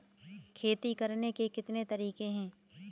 खेती करने के कितने तरीके हैं?